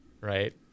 right